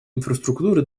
инфраструктуры